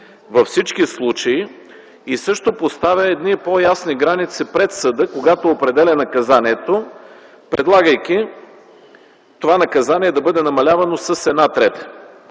във всички случаи и поставя едни по-ясни граници пред съда, когато определя наказанието, предлагайки това наказание да бъде намалявано с една трета.